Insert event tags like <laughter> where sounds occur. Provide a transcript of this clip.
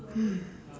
hmm <breath>